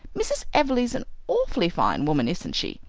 mrs. everleigh's an awfully fine woman, isn't she?